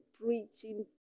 preaching